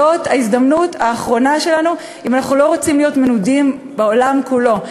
זאת ההזדמנות האחרונה שלנו אם אנחנו לא רוצים להיות מנודים בעולם כולו,